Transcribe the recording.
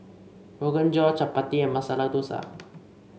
Rogan Josh Chapati Masala Dosa